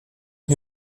who